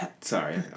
Sorry